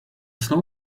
snow